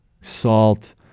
salt